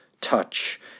touch